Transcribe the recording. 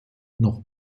noch